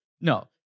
no